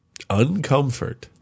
Uncomfort